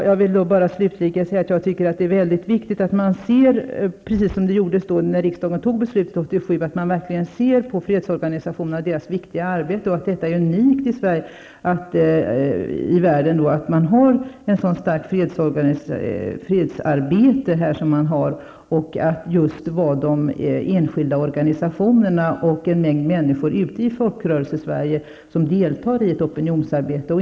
Fru talman! Jag vill avslutningsvis säga att jag tycker att det är mycket viktigt att man -- precis som när riksdagen fattade beslutet år 1987 -- verkligen ser på fredsorganisationerna och deras viktiga arbete. Det är unikt i världen med ett så starkt fredsarbete som vi har i Sverige. Enskilda organisationer och en mängd människor ute i Folkrörelsesverige deltar i ett opinionsarbete.